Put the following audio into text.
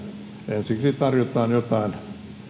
ensiksi tarjotaan jotain